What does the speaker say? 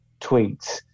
tweets